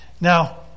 Now